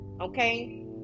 Okay